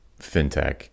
fintech